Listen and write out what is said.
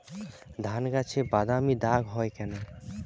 ধানগাছে বাদামী দাগ হয় কেন?